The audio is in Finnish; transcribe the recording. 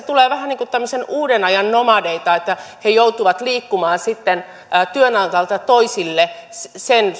tulee vähän niin kuin uuden ajan nomadeita että he joutuvat liikkumaan työnantajalta toiselle sen